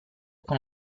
con